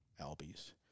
albies